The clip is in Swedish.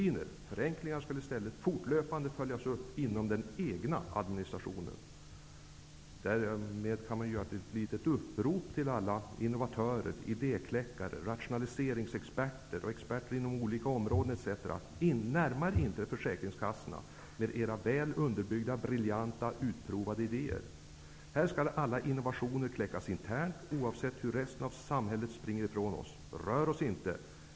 Möjligheterna till förenklingar skall i stället fortlöpande följas upp inom den egna administrationen. Därmed kan de anställda utfärda följande lilla påbud till alla innovatörer, idékläckare, rationaliseringsexperter, fackexperter inom olika områden etc. : Närma er inte försäkringskassorna med era briljanta, väl underbyggda och utprovade idéer! Här skall alla idéer kläckas internt, oavsett hur samhället springer ifrån oss. Rör oss inte!